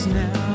now